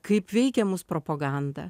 kaip veikia mus propaganda